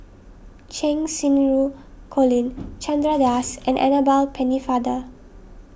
Cheng Xinru Colin Chandra Das and Annabel Pennefather